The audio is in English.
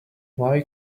why